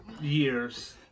Years